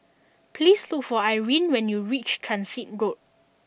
please look for Irine when you reach Transit Road